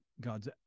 God's